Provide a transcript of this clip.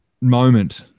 moment